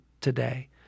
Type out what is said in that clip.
today